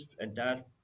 entire